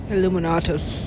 Illuminatus